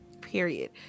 period